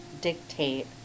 dictate